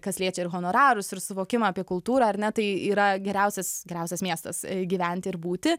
kas liečia ir honorarus ir suvokimą apie kultūrą ar ne tai yra geriausias geriausias miestas gyventi ir būti